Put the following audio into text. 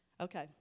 Okay